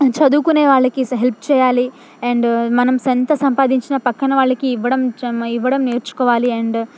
చదువుకునే వాళ్ళకి హెల్ప్ చేయాలి అండ్ మనం ఎంత సంపాదించినా ప్రక్కన వాళ్ళకి ఇవ్వడం చ మరి నేర్చుకోవాలి అండ్